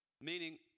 Meaning